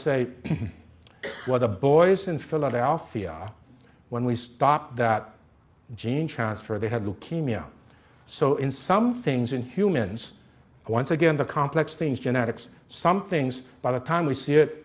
what the boys in philadelphia when we stop that gene transfer they had leukemia so in some things in humans once again the complex things genetics some things by the time we see it